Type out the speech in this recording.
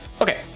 Okay